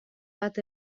bat